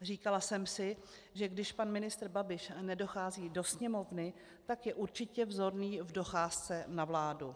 Říkala jsem si, že když pan ministr Babiš nedochází do Sněmovny, tak je určitě vzorný v docházce na vládu.